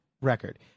record